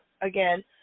again